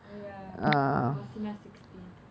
oh ya mosinah sixteenth